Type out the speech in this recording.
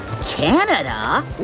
Canada